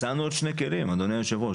אז הצענו עוד שני כלים, אדוני היושב-ראש.